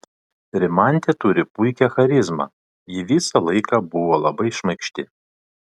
rimantė turi puikią charizmą ji visą laiką buvo labai šmaikšti